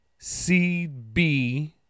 CB